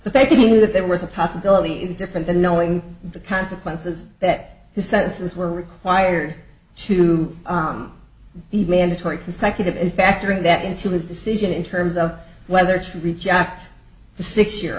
faking that there was a possibility is different than knowing the consequences that his sentences were required to be mandatory consecutive and factoring that into his decision in terms of whether to reject the six year